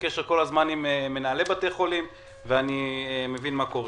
בקשר כל הזמן עם מנהלי בתי חולים ואני מבין מה קורה.